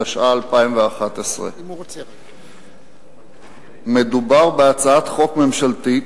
התשע"א 2011. מדובר בהצעת חוק ממשלתית,